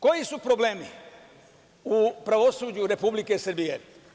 Koji su problemi u pravosuđu Republike Srbije?